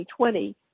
2020